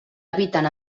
eviten